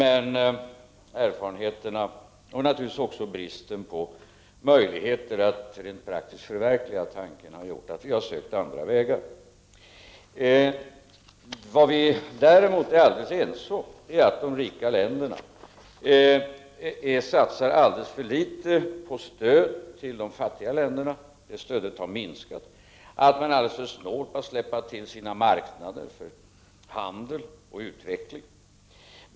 Erfarenheterna och naturligtvis även bristen på möjligheterna att rent praktiskt förverkliga tanken har gjort att vi har sökt andra vägar. Däremot är vi ense om att de rika länderna satsar alldeles för litet på stöd till de fattiga länderna. Stödet har minskat. Man är alldeles för snål med att släppa till sina marknader för handel och utveckling.